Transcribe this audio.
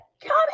come